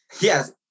Yes